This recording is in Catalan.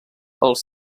els